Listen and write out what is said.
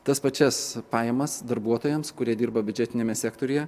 tas pačias pajamas darbuotojams kurie dirba biudžetiniame sektoriuje